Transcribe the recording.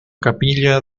capilla